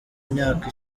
myaka